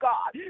God